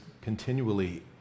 continually